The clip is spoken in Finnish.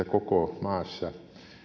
koko maassa